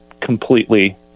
completely